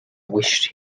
wished